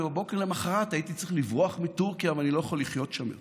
ובבוקר למוחרת הייתי צריך לברוח מטורקיה ואני לא יכול לחיות שם יותר.